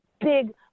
big